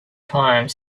time